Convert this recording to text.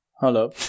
Hello